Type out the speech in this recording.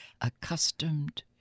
Accustomed